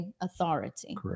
authority